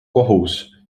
kohus